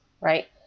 right